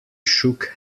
shook